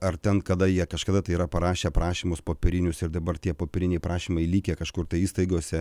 ar ten kada jie kažkada tai yra parašę prašymus popierinius ir dabar tie popieriniai prašymai likę kažkur tai įstaigose